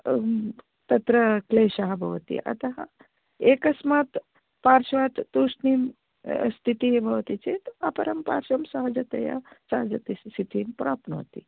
तत्र क्लेषः भवति अतः एकस्मात् पार्श्वात् तूष्णिं स्थिति भवति चेत् अपरं पाश्वं सहजतया सहजस्थितिं प्राप्नोति